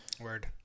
word